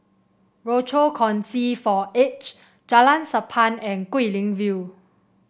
Rochor Kongsi for The Aged Jalan Sappan and Guilin View